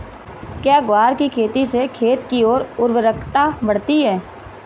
क्या ग्वार की खेती से खेत की ओर उर्वरकता बढ़ती है?